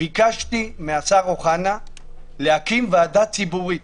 ביקשתי מהשר אוחנה להקים ועדה ציבורית